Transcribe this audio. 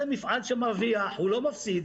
זה מפעל שמרוויח, הוא לא מפסיד.